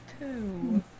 two